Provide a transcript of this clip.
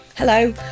Hello